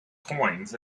coins